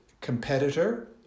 competitor